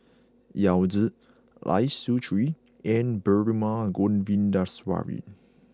Yao Zi Lai Siu Chiu and Perumal Govindaswamy